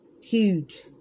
huge